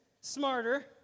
smarter